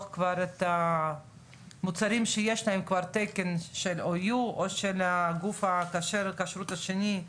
כבר את המוצרים שיש להם כבר תקן של OU או של גוף הכשרות השני,